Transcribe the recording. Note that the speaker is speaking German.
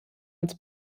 als